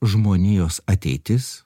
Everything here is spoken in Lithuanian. žmonijos ateitis